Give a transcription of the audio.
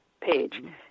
page